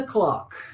O'clock